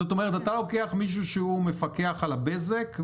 זאת אומרת, אתה לוקח מישהו שהוא מפקח על הבזק.